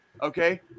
Okay